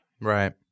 Right